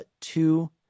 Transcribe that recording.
two